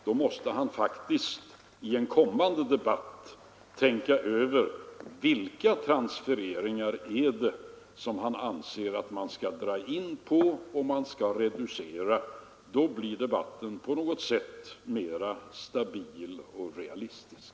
Han måste faktiskt i en kommande debatt tänka över vilka transfereringar det är som han anser att man skall dra in eller reducera. Då blir debatten mera stabil och realistisk.